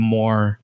more